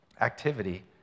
activity